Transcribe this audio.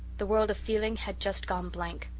the world of feeling had just gone blank.